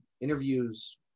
interviews